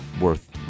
worth